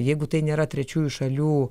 jeigu tai nėra trečiųjų šalių